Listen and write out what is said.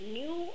new